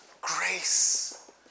grace